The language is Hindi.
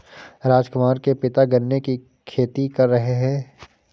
राजकुमार के पिता गन्ने की खेती कर रहे हैं